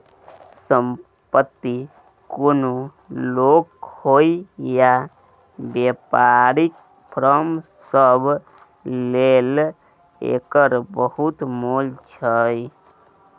संपत्ति कोनो लोक होइ या बेपारीक फर्म सब लेल एकर बहुत मोल छै